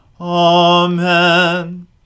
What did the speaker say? Amen